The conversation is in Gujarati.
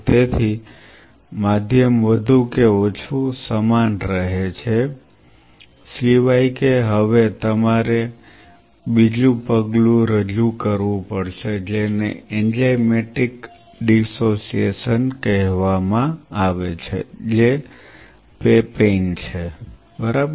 તેથી માધ્યમ વધુ કે ઓછું સમાન રહે છે સિવાય કે હવે તમારે બીજું પગલું રજૂ કરવું પડશે જેને એન્ઝાઇમેટિક ડિસોસીએશન કહેવામાં આવે છે જે પેપેન છે બરાબર